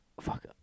fuck